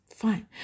Fine